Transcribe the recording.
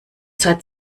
zeit